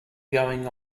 going